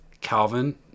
Calvin